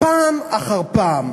פעם אחר פעם.